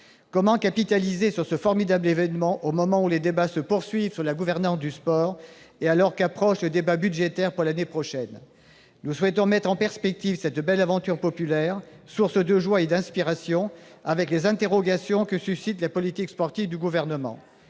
Comment capitaliser sur ce formidable événement, au moment où les débats se poursuivent sur la gouvernance du sport et alors qu'approche le débat budgétaire pour l'année prochaine ? Nous souhaitons mettre en perspective cette belle aventure populaire, source de joie et d'inspiration, avec les interrogations que suscite la politique sportive du Gouvernement.